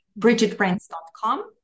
bridgetbrands.com